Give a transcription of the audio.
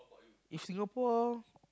if Singapore